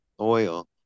oil